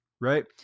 right